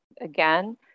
again